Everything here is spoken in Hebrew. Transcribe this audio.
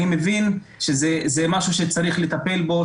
אני מבין שזה משהו שצריך לטפל בו,